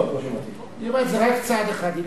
היא אומרת שזה רק צעד אחד.